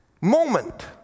moment